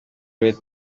red